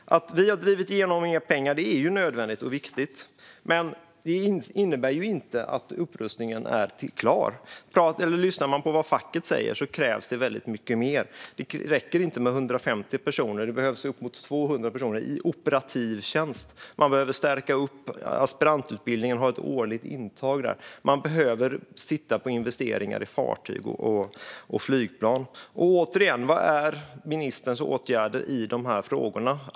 Att vi drev igenom mer pengar var nödvändigt och viktigt, men detta innebär ju inte att upprustningen är klar. Enligt vad facket säger krävs det väldigt mycket mer - det räcker inte med 150 personer, utan det behövs uppemot 200 personer i operativ tjänst. Man behöver också stärka aspirantutbildningen och ha ett årligt intag där. Man behöver dessutom titta på investeringar i fartyg och flygplan. Återigen: Vad är ministerns åtgärder i de här frågorna?